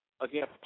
Again